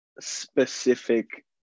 specific